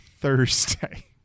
Thursday